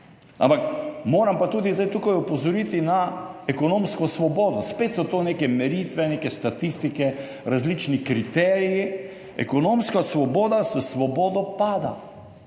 Ampak moram pa tudi zdaj tukaj opozoriti na ekonomsko svobodo. Spet so to neke meritve, neke statistike, različni kriteriji. Ekonomska svoboda s Svobodo pada.